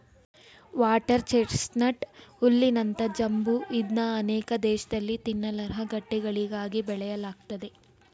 water chestnut ಹುಲ್ಲಿನಂತ ಜಂಬು ಇದ್ನ ಅನೇಕ ದೇಶ್ದಲ್ಲಿ ತಿನ್ನಲರ್ಹ ಗಡ್ಡೆಗಳಿಗಾಗಿ ಬೆಳೆಯಲಾಗ್ತದೆ